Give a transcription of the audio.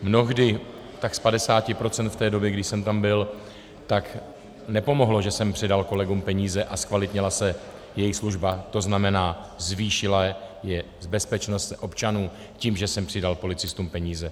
Mnohdy tak z 50 % v té době, kdy jsem tam byl, tak nepomohlo, že jsem přidal kolegům peníze a zkvalitnila se jejich služba, to znamená, zvýšila se bezpečnost občanů tím, že jsem přidal policistům peníze.